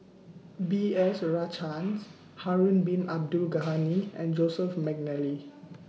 B S Rajhans Harun Bin Abdul Ghani and Joseph Mcnally